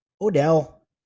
Odell